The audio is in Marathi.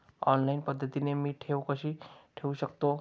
ऑनलाईन पद्धतीने मी ठेव कशी ठेवू शकतो?